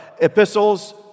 epistles